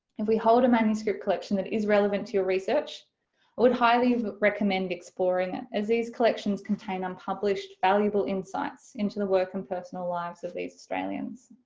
if we hold a manuscript collection that is relevant to your research i would highly recommend exploring it as these collections contain unpublished, valuable insights into the work and personal lives of these australians.